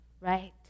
Right